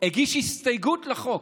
הגישו הסתייגות לחוק,